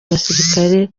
abasirikare